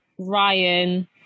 Ryan